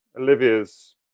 olivia's